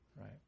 right